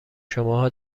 شماها